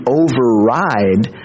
override